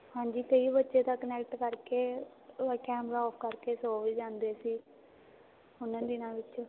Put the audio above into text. ਹਾਂਜੀ ਕਈ ਬੱਚੇ ਤਾਂ ਕਨੈਕਟ ਕਰਕੇ ਕੈਮਰਾ ਔਫ ਕਰਕੇ ਸੋ ਵੀ ਜਾਂਦੇ ਸੀ ਉਹਨਾਂ ਦਿਨਾਂ ਵਿੱਚ